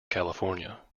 california